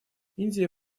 индия